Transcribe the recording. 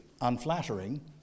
unflattering